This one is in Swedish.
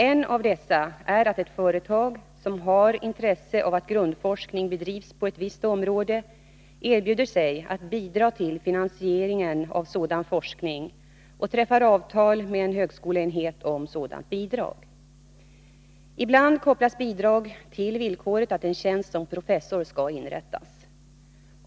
En av dessa är att ett företag, som har intresse av att grundforskning bedrivs på ett visst område, erbjuder sig att bidra till finansieringen av sådan forskning och träffar avtal med en högskoleenhet om sådant bidrag. Ibland kopplas bidrag till villkoret att en tjänst som professor skall inrättas.